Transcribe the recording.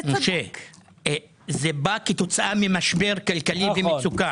אבל כשזה בא כתוצאה ממשבר כלכלי ומצוקה